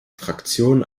fraktion